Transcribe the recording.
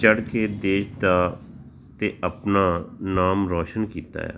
ਚੜ੍ਹ ਕੇ ਦੇਸ਼ ਦਾ ਅਤੇ ਆਪਣਾ ਨਾਮ ਰੌਸ਼ਨ ਕੀਤਾ ਆ